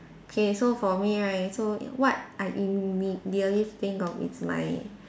okay so for me right so what I immediately think of is my